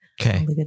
Okay